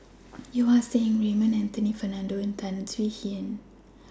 Yeo Ah Seng Raymond Anthony Fernando and Tan Swie Hian